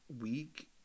week